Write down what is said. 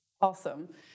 awesome